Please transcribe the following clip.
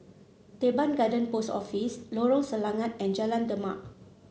Teban Garden Post Office Lorong Selangat and Jalan Demak